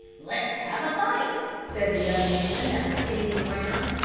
let's have a fight, said the other men that were standing around.